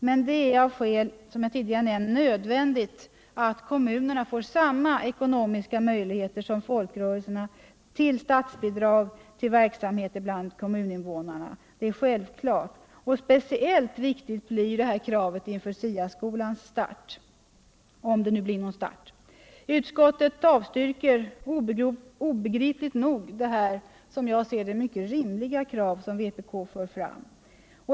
Men det är av skäl som fritidsverksamhet jag tidigare nämnt nödvändigt att kommunerna får samma statsbidragshjälp som folkrörelserna för verksamhet bland kommuninvånarna. Detta är självklart. Speciellt viktigt blir det här kravet inför STA skolans start, om det nu blir någon start. Utskottet avstyrker obegripligt nog det, enligt min mening, rimliga krav . som vpk för fram.